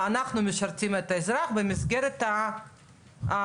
אנחנו משרתים את האזרחים במסגרת הקיימת.